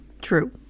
True